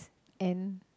and